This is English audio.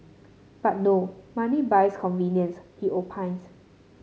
but money buys convenience he opines